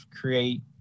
create